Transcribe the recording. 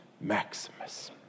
Maximus